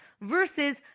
versus